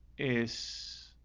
is.